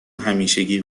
همیشگی